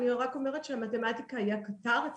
אני רק אומרת שהמתמטיקה היא הקטר ואת